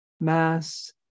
Mass